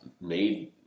Made